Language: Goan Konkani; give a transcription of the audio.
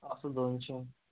आसूं दोनशे